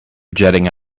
jetting